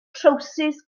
trowsus